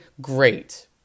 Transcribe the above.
Great